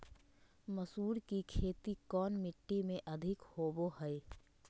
मसूर की खेती कौन मिट्टी में अधीक होबो हाय?